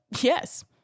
Yes